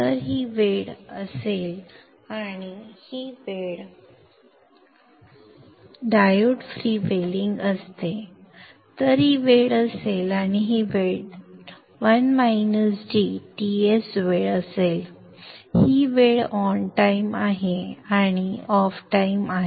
तर ही वेळ dTs वेळ असेल आणि ही वेळ 1 - dTs वेळ असेल ही वेळ ऑन टाइम आहे आणि ही ऑफ टाइम आहे